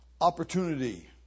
opportunity